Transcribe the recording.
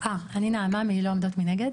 אני נעמה מ"לא עומדות מנגד".